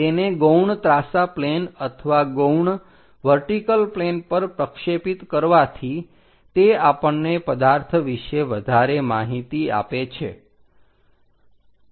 તેને ગૌણ ત્રાંસા પ્લેન અથવા ગૌણ વર્ટિકલ પ્લેન પર પ્રક્ષેપિત કરવાથી તે આપણને પદાર્થ વિશે વધારે માહિતી આપે છે